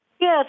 Yes